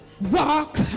walk